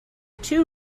two